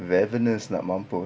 ravenous nak mampus